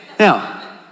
Now